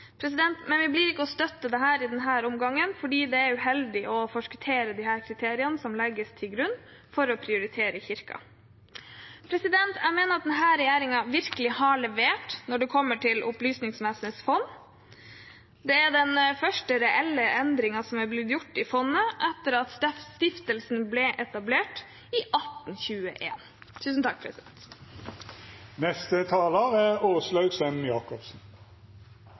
Men vi kommer ikke til å støtte dette i denne omgang fordi det er uheldig å forskuttere disse kriteriene som legges til grunn for prioriterering av kirker. Jeg mener at denne regjeringen virkelig har levert når det gjelder Opplysningsvesenets fond. Det er den første reelle endringen som er blitt gjort i fondet etter at stiftelsen ble etablert i